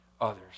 others